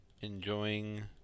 enjoying